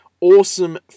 Awesome